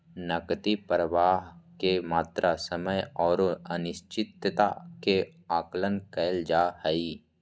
नकदी प्रवाह के मात्रा, समय औरो अनिश्चितता के आकलन कइल जा हइ